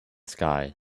sky